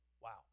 Wow